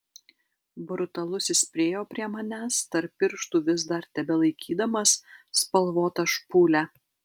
brutalusis priėjo prie manęs tarp pirštų vis dar tebelaikydamas spalvotą špūlę